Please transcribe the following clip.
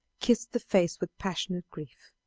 kissed the face with passionate grief.